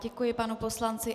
Děkuji panu poslanci.